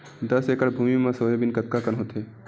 दस एकड़ भुमि म सोयाबीन कतका कन होथे?